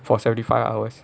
for seventy five hours